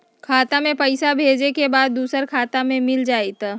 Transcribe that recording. खाता के पईसा भेजेए के बा दुसर शहर में मिल जाए त?